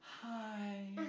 hi